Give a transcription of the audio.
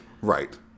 Right